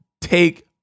take